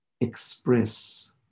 express